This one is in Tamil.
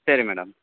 சரி மேடம்